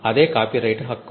అదే కాపీరైట్ హక్కు